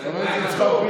חבר הכנסת ווליד טאהא,